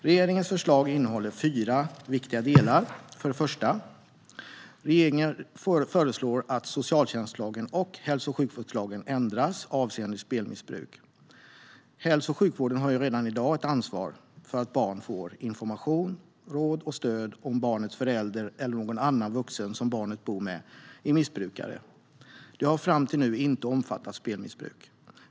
Regeringens förslag innehåller fyra viktiga delar. För det första föreslår regeringen att socialtjänstlagen och hälso och sjukvårdslagen ändras avseende spelmissbruk. Hälso och sjukvården har redan i dag ett ansvar för att barn får information, råd och stöd om barnets förälder eller någon annan vuxen som barnet bor med är missbrukare. Det har fram till nu inte omfattat spelmissbruk.